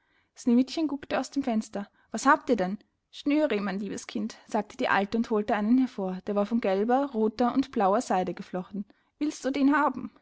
sneewittchen guckte aus dem fenster was habt ihr denn schnürriemen liebes kind sagte die alte und holte einen hervor der war von gelber rother und blauer seide geflochten willst du den haben